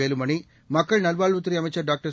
வேலுமணி மக்கள் நல்வாழ்வுத்துறை அமைச்சர் டாக்டர்